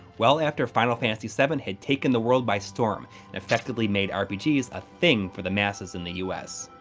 well after final fantasy seven had taken the world by storm and effectively made rpgs a thing for the masses in the us.